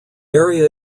area